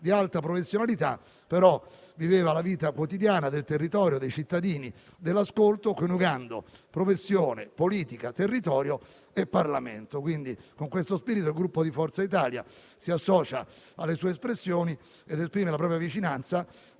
di alta professionalità, che però viveva la vita quotidiana del territorio, dei cittadini, dell'ascolto, coniugando professione, politica, territorio e Parlamento. Con questo spirito il Gruppo Forza Italia si associa alle sue espressioni, Presidente, ed esprime la propria vicinanza